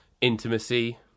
intimacy